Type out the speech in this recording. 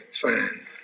fine